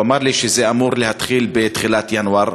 הוא אמר לי שזה אמור להתחיל בתחילת ינואר.